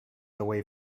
away